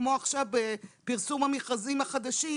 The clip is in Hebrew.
כמו בפרסום המכרזים החדשים,